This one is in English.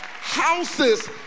houses